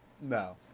No